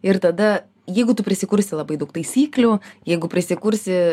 ir tada jeigu tu prisikursi labai daug taisyklių jeigu prisikursi